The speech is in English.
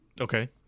Okay